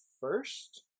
first